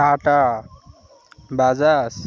Bajaj